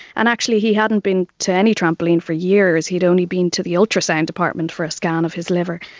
and actually he hadn't been to any trampoline for years, he'd only been to the ultrasound department for a scan of his liver.